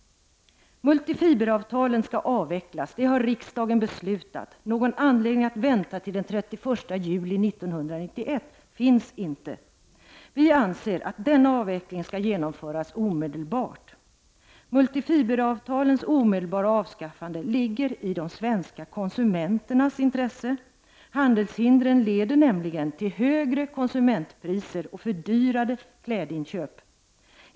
Multifiberavtalen skall avvecklas. Det har riksdagen beslutat. Det finns inte någon anledning att vänta till den 31 juli 1991. Vi anser att denna avveckling skall genomföras omedelbart. Multifiberavtalens omedelbara avskaffande ligger i de svenska konsumenternas intresse. Handelshindren leder nämligen till högre konsumentpriser och fördyrade klädinköp.